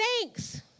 thanks